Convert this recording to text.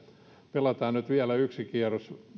pelataan nyt vielä yksi kierros